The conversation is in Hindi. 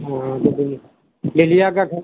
हाँ तो फिर डलिया का खर्चा